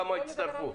כמה הצטרפו.